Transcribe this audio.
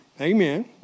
Amen